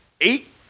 eight